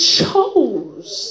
chose